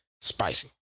spicy